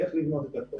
איך לבנות את הכוח.